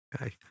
okay